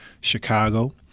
Chicago